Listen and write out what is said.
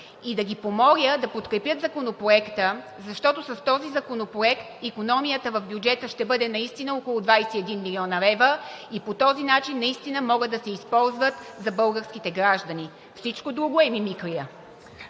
и да ги помоля да подкрепят Законопроекта, защото с този законопроект икономията в бюджета ще бъде наистина около 21 млн. лв. По този начин наистина могат да се използват за българските граждани. Всичко друго е мимикрия.